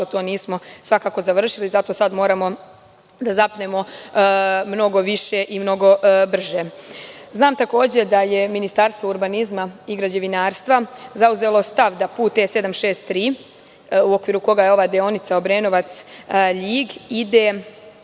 to nismo svakako završili i zato sad moramo da zapnemo mnogo više i mnogo brže. Znam takođe da je Ministarstvo urbanizma i građevinarstva zauzelo stav da put E763 u okviru koga je ova deonica Obrenovac-Ljig ide